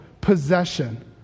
possession